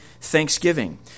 thanksgiving